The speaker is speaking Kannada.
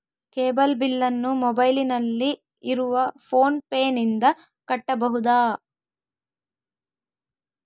ಕೇಬಲ್ ಬಿಲ್ಲನ್ನು ಮೊಬೈಲಿನಲ್ಲಿ ಇರುವ ಫೋನ್ ಪೇನಿಂದ ಕಟ್ಟಬಹುದಾ?